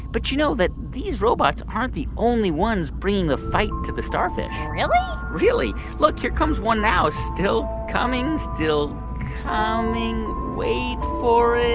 but you know that these robots aren't the only ones bringing the fight to the starfish really? really. look. here comes one now still coming. still coming. wait for it